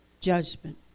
Judgment